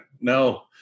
No